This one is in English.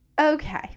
okay